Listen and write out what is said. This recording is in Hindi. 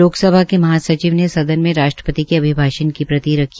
लोकसभा के महा सचिव ने सदन में राष्ट्रपति के अभिभाषण की प्रीत रखी